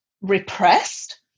repressed